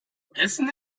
essen